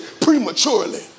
prematurely